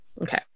Okay